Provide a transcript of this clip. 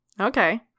Okay